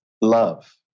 Love